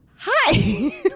hi